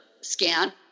scan